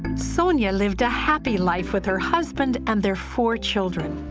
sonya lived a happy life with her husband and their four children.